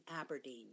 Aberdeen